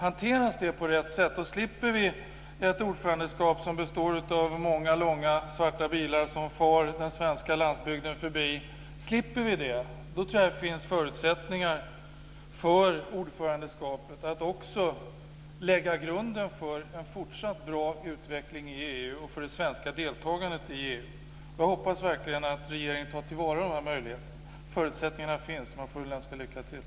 Hanteras det på rätt sätt, och slipper vi ett ordförandeskap som består av många långa svarta bilar som far den svenska landsbygden förbi, tror jag att det finns förutsättningar för ordförandeskapet att också lägga grunden för en fortsatt bra utveckling i EU och för det svenska deltagandet i EU. Jag hoppas verkligen att regeringen tar till vara dessa möjligheter. Förutsättningarna finns. Man får väl önska lycka till.